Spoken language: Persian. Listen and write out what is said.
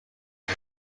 واق